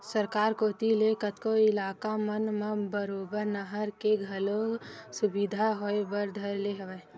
सरकार कोती ले कतको इलाका मन म बरोबर नहर के घलो सुबिधा होय बर धर ले हवय